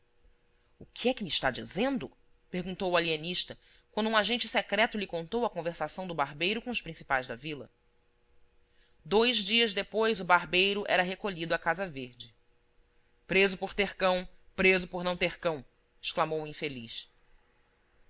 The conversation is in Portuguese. o que é que me está dizendo perguntou o alienista quando um agente secreto lhe contou a conversação do barbeiro com os principais da vila dois dias depois o barbeiro era recolhido à casa verde preso por ter cão preso por não ter cão exclamou o infeliz